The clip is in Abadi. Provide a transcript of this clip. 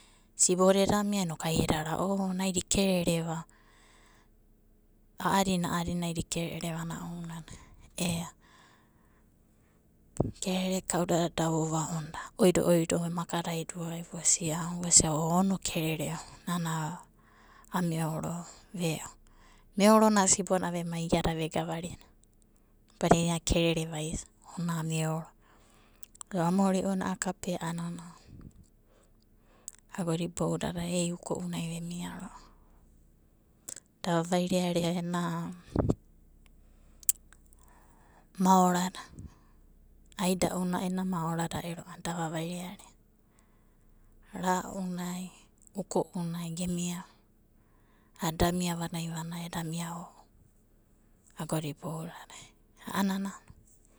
Siboda ed mia inokai eda ra o naida ikere reva a'adina a'adina naida ikerereva ana ounanai ea kerereda kaudada da vovaonda oido oido, makada iduda vosiau vosia o ona okerereva, nana ameoro va. Ve'o meorina sibona vemai iada vegavarida badina iada kerere vaisa ona meoro. Amuri'una a'a kapea a'anana agoda iboudadai uko'unai emia ro'ava. Da vavairearea ena maorada. Aida'una ero ena maorada ero a'ana da vavairearea ra'unai, uko'unai gemiava ada eda mia vanai vanai o agoda iboudadai.